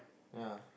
ya